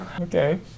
okay